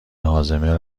هاضمه